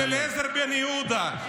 על אליעזר בן יהודה,